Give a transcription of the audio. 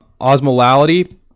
Osmolality